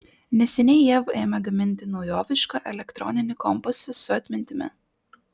neseniai jav ėmė gaminti naujovišką elektroninį kompasą su atmintimi